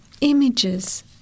images